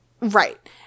Right